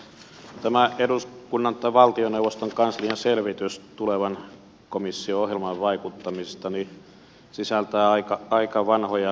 tämä eduskunnan tai valtioneuvoston kanslian selvitys tulevan komission ohjelmaan vaikuttamisesta sisältää aika vanhoja keinoja